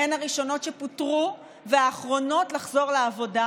הן הראשונות שפוטרו והאחרונות לחזור לעבודה